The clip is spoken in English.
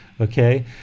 okay